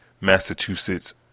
Massachusetts